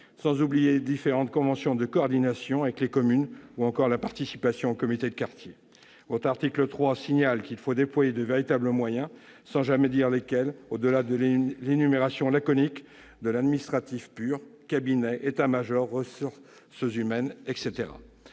sans oublier différentes conventions de coordination avec les communes ou encore la participation aux comités de quartier. L'article 3 souligne qu'il faut « déployer de véritables moyens » sans jamais dire lesquels, au-delà d'une énumération laconique de l'administratif pur- cabinets, état-major, ressources humaines, etc.